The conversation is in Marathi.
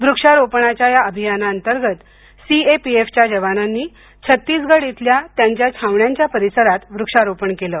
वृक्षारोपणाच्या या अभियानांतर्गत सीएपीएफ च्या जवानांनी छत्तिसगड इथल्या त्यांच्या छावण्यांच्या परिसरात वृक्षारोपण केलं